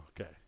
Okay